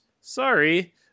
sorry